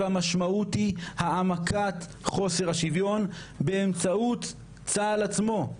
והמשמעות היא העמקת חוסר השוויון באמצעות צה"ל עצמו.